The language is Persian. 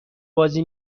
بازی